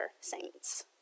saints